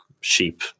sheep